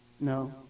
No